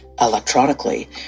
electronically